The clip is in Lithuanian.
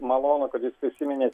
malonu kad jūs prisiminėt